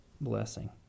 blessing